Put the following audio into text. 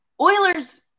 Oilers